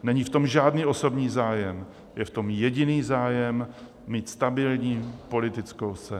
Není v tom žádný osobní zájem, je v tom jediný zájem mít stabilní politickou scénu.